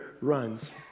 runs